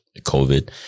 COVID